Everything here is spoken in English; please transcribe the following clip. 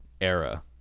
era